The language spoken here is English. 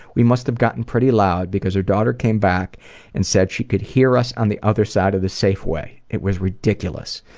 we must have gotten pretty loud because her daughter came back and said she could hear us on the other side of the safeway. it was ridiculous.